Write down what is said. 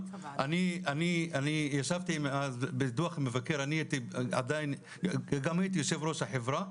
אני ישבתי מאז בדו"ח מבקר המדינה וגם הייתי יושב ראש החברה.